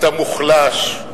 אתה מוחלש,